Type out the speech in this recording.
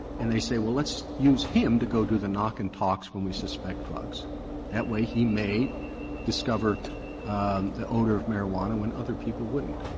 and they say, well, let's use him to go do the knock and talks when we suspect drugs that way, he may discover the odor of marijuana when other people wouldn't.